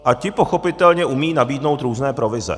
A ti pochopitelně umějí nabídnout různé provize.